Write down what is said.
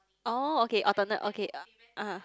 orh okay alternate okay ah